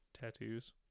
Tattoos